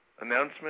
announcement